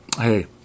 hey